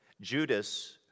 Judas